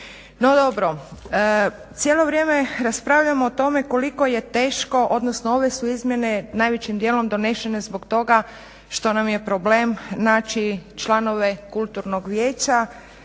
No dobro. Cijelo vrijeme raspravljamo o tome koliko je teško, odnosno ove su izmjene najvećim dijelom donešene zbog toga što nam je problem naći članove kulturnog vijeća,